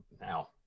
now